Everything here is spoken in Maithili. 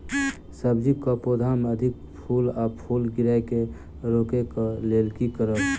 सब्जी कऽ पौधा मे अधिक फूल आ फूल गिरय केँ रोकय कऽ लेल की करब?